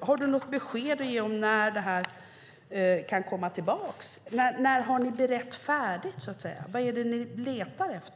Har du något besked att ge om när ärendet kan komma tillbaka hit? När har ni berett det färdigt? Vad är det ni letar efter?